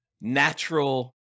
natural